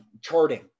charting